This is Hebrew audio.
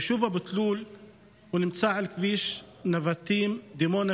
היישוב אבו תלול נמצא על כביש נבטים דימונה,